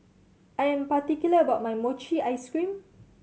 I am particular about my mochi ice cream